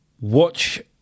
watch